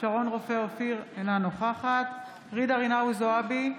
שרון רופא אופיר, אינה נוכחת ג'ידא רינאוי זועבי,